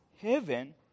heaven